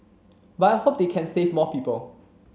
but I hope they can save more people